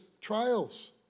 trials